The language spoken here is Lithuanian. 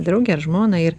draugę ar žmoną ir